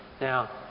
Now